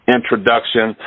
introduction